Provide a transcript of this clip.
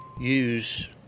use